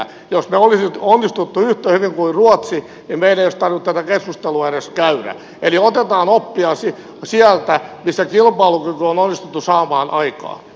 jos me olisimme onnistuneet yhtä hyvin kuin ruotsi niin meidän ei olisi tarvinnut tätä keskustelua edes käydä eli otetaan oppia sieltä missä kilpailukyky on onnistuttu saamaan aikaan